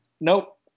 Nope